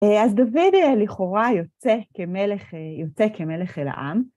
אז דוד לכאורה יוצא כמלך, יוצא כמלך אל העם.